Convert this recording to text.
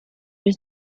was